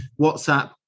whatsapp